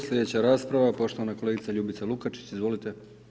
Sljedeća rasprava poštovana kolegica Ljubica Lukačić, izvolite.